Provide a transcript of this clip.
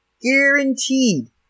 Guaranteed